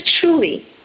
truly